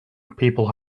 people